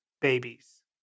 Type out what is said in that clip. Babies